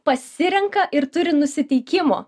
pasirenka ir turi nusiteikimo